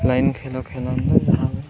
line ଖେଳ ଖେଳନ୍ତୁ